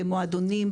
במועדונים,